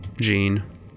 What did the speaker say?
Gene